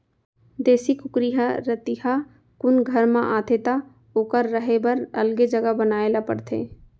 देसी कुकरी ह रतिहा कुन घर म आथे त ओकर रहें बर अलगे जघा बनाए ल परथे